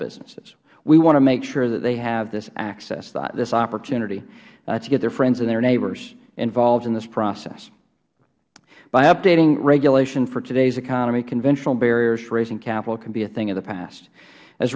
businesses we want to make sure that they have this access this opportunity to get their friends and their neighbors involved in this process by updating regulation for today's economy conventional barriers for raising capital could be a thing of the past